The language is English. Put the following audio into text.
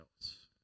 else